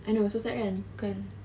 I know so sad kan